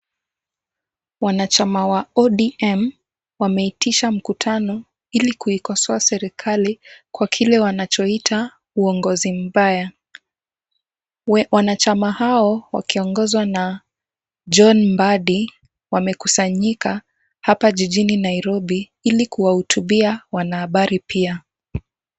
Wanachama wa ODM wameitisha mkutano ili kuikosoa serikali kwa kile wanachoita uongozi mbaya. Wanachama hao wakiongozwa na John Mbadi wamekusanyika hapa jijini Nairobi ili kuwahutubia wanahabari pia.